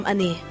Ani